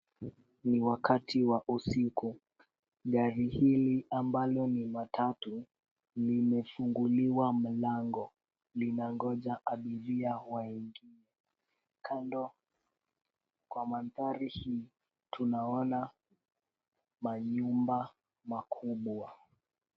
Ni wakati wa usiku. Gari hili ambalo ni matatu limefunguliwa mlango. Linangoja abiria waingie. Kando kwa mandhari hii tunaona manyumba makubwa.